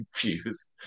confused